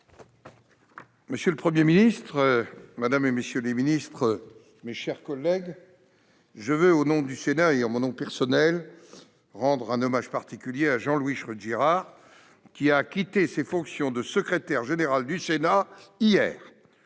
Monsieur le Premier ministre, madame, messieurs les ministres, mes chers collègues, je veux, au nom du Sénat et en mon nom personnel, rendre un hommage particulier à Jean-Louis Schroedt-Girard, qui a quitté ses fonctions de secrétaire général du Sénat hier,